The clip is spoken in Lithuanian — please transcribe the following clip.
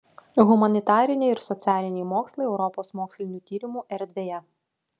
humanitariniai ir socialiniai mokslai europos mokslinių tyrimų erdvėje